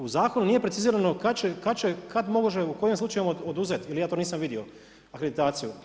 U zakonu nije precizirano kad može u kojem slučaju oduzet, ili ja to nisam vidio, akreditaciju.